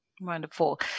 Wonderful